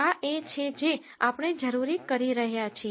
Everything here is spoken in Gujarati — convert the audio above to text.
આ એ છે જે આપણે જરૂરી કરી રહ્યા છીએ